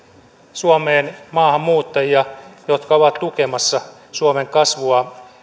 suomeen maahanmuuttajia jotka ovat tukemassa suomen kasvua